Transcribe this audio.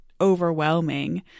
overwhelming